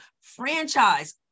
franchise